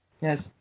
Yes